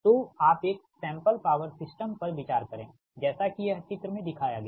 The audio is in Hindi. तो आप एक सैंपल पॉवर सिस्टम पर विचार करे जैसा कि यह चित्र में दिखाया गया है